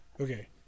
Okay